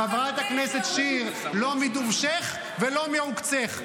-- חברת הכנסת שיר: לא מדובשך ולא מעוקצך.